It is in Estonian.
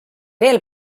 veel